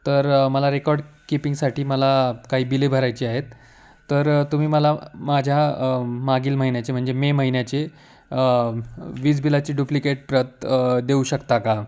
तर मला रेकॉर्ड किपिंगसाठी मला काही बिले भरायचे आहेत तर तुम्ही मला माझ्या मागील महिन्याचे म्हणजे मे महिन्याचे वीज बिलाचे डुप्लिकेट प्रत देऊ शकता का